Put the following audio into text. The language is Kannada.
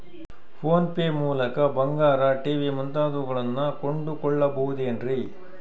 ಫೋನ್ ಪೇ ಮೂಲಕ ಬಂಗಾರ, ಟಿ.ವಿ ಮುಂತಾದವುಗಳನ್ನ ಕೊಂಡು ಕೊಳ್ಳಬಹುದೇನ್ರಿ?